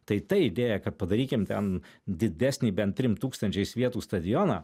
tai ta idėja kad padarykim didesnį bent trim tūkstančiais vietų stadioną